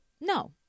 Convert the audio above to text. no